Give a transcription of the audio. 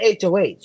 HOH